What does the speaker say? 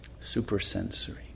supersensory